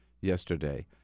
yesterday